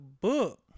book